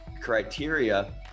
criteria